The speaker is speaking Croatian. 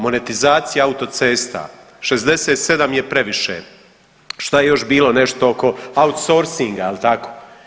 Monetizacija autocesta, 67 je previše, šta je još bilo, nešto oko outsourcinga, je li tako?